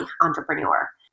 entrepreneur